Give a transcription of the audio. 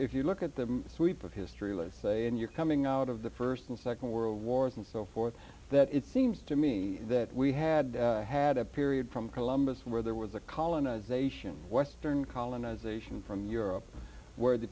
if you look at the sweep of history let's say in your coming out of the first and second world wars and so forth that it seems to me that we had had a period from columbus where there was a colonization of western colonization from europe where the